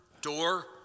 door